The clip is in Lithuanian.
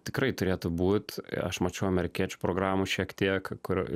tikrai turėtų būt aš mačiau amerikiečių programų šiek tiek kur